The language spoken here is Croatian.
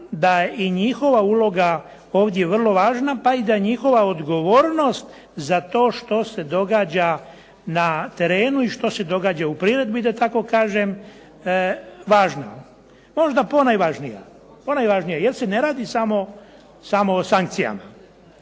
da je i njihova uloga ovdje vrlo važna, pa i da njihova odgovornost za to što se događa na terenu i što se događa u priredbi da tako kažem, važno, možda ponajvažnija, jer se ne radi samo o sankcijama.